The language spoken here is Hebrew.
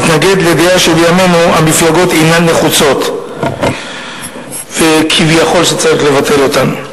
מתנגד לדעה שבימינו המפלגות אינן נחוצות וכביכול צריך לבטל אותן.